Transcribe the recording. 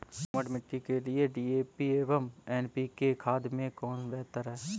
दोमट मिट्टी के लिए डी.ए.पी एवं एन.पी.के खाद में कौन बेहतर है?